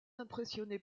impressionné